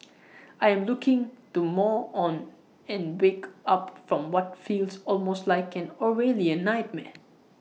I am looking to more on and wake up from what feels almost like an Orwellian nightmare